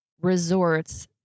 resorts